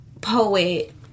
poet